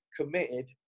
committed